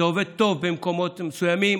זה עובד טוב במקומות מסוימים,